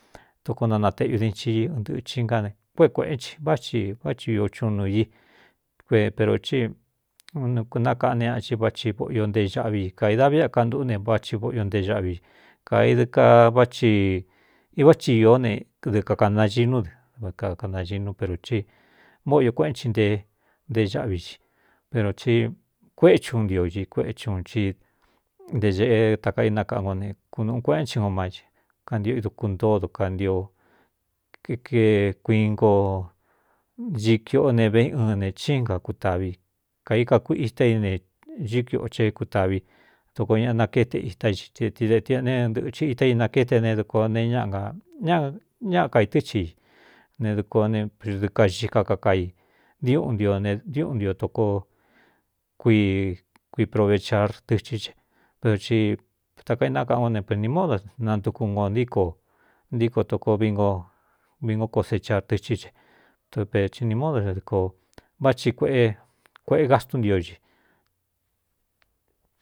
Toko nanateꞌu din cii ɨ tɨ̄chin nká ne kuéꞌe kuēꞌén chi vá ti vá thi iō chunu i ero tí nakaꞌne ñaꞌ in vá thi voꞌio nte xaꞌvi i kaida viꞌ a kantûꞌú ne vá thi voꞌyo nté é xaꞌví i kadɨ aváꞌ vá ti īó e dɨɨ kakānainú dɨ kakanaginú perō tí vóꞌoio kuéꞌén chi nte nte xáꞌví xi per ti kuéxi uun ntio i kuéꞌec un cí nté ñēꞌe takaínákaꞌan ko ne kunūꞌu kuéꞌén chi njo mái ce kantio i duku ntóo dokantio kuingo ñikiꞌo ne vei ɨn ne chín ka kutāvi kai ka kuiꞌ ita i ne íꞌ kuioꞌo che kutāvi doko ñaꞌ nakéte itá i i eti de tiꞌne ɨ ntɨ̄ꞌcɨn ita inakéte ne dɨko ne ñañañaꞌa kai tɨ́ chi i ne duko nedɨɨ kaxi ka kakai diuꞌun ntio ne diuꞌun ntio tokoo kuikuiprovechar tɨchɨ ce per ti takainákaꞌan ko ne prnī módo nantuku nko ntíko ntíko tokoo vingo cosecar tɨchɨ ce top ini módo dɨkōo vá ti ꞌkuēꞌe gastún ntioxi.